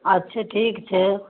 अच्छा ठीक छै